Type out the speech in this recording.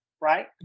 right